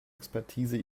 expertise